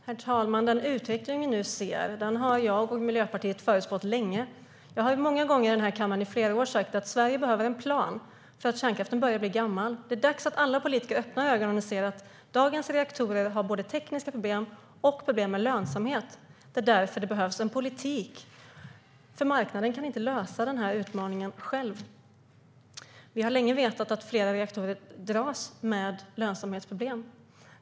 Herr talman! Den utveckling vi ser har jag och Miljöpartiet länge förespått. Jag har många gånger i denna kammare i flera år sagt att Sverige behöver en plan eftersom kärnkraften börjar bli gammal. Det är dags att alla politiker öppnar ögonen och ser att dagens reaktorer har både tekniska problem och problem med lönsamhet. Det behövs en politik, för marknaden kan inte lösa denna utmaning själv. Vi har länge vetat att flera reaktorer dras med lönsamhetsproblem.